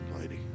lady